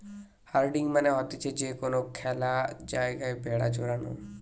herding মানে হতিছে যে কোনো খ্যালা জায়গায় ভেড়া চরানো